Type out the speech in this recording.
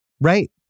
Right